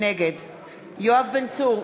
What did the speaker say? נגד יואב בן צור,